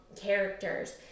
characters